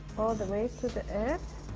all the way to the edge,